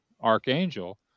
Archangel